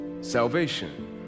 salvation